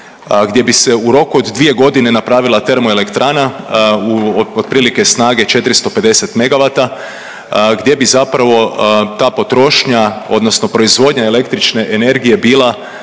gdje bi se u roku od 2 godine napravila TE u, otprilike snage 450 MW, gdje bi zapravo ta potrošnja odnosno proizvodnja električne energije bila